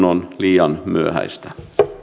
on liian myöhäistä